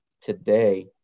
today